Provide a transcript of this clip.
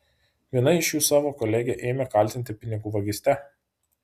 viena iš jų savo kolegę ėmė kaltinti pinigų vagyste